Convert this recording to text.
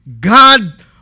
God